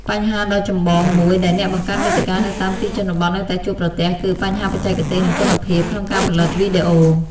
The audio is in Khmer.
បញ្ហាដ៏ចម្បងមួយដែលអ្នកបង្កើតមាតិកានៅតាមទីជនបទនៅតែជួបប្រទះគឺ បញ្ហាបច្ចេកទេស និងគុណភាព ក្នុងការផលិតវីដេអូ។